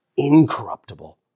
Incorruptible